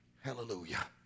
Hallelujah